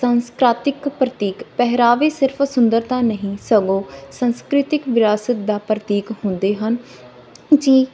ਸੰਸਕ੍ਰਿਤਿਕ ਪ੍ਰਤੀਕ ਪਹਿਰਾਵੇ ਸਿਰਫ ਸੁੰਦਰਤਾ ਨਹੀਂ ਸਗੋਂ ਸੰਸਕ੍ਰਿਤਿਕ ਵਿਰਾਸਤ ਦਾ ਪ੍ਰਤੀਕ ਹੁੰਦੇ ਹਨ ਜੀ